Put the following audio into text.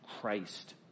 Christ